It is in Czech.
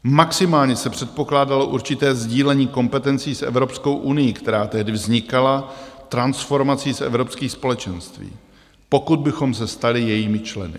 Maximálně se předpokládalo určité sdílení kompetencí s Evropskou unií, která tehdy vznikala transformací z Evropských společenství, pokud bychom se stali jejími členy.